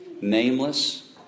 Nameless